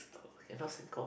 oh okay not same corp